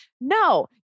no